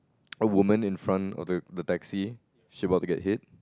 a woman in front of the the taxi she about to get hit